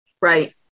Right